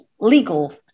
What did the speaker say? legal